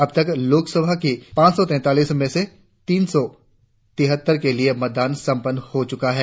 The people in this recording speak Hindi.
अब तक लोकसभा की पांच सौ तैंतालीस में से तीन सौ तिहत्तर के लिए मतदान संपन्न हो चुका है